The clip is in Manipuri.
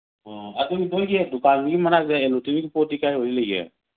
ꯑꯣ ꯑꯗꯨ ꯅꯣꯏꯒꯤ ꯗꯨꯀꯥꯟꯗꯨꯒꯤ ꯃꯅꯥꯛꯇ ꯑꯦꯂꯦꯛꯇ꯭ꯔꯣꯅꯤꯛꯀꯤ ꯄꯣꯠꯇꯤ ꯀꯥꯏ ꯋꯥꯥꯏꯗ ꯂꯩꯒꯦ